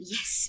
Yes